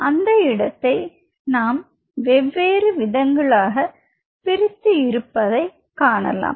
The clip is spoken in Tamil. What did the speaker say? அந்த இடத்தை நாம் வெவ்வேறு விதங்களாக பிரித்து இருப்பதை காணலாம்